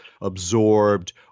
absorbed